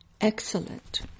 excellent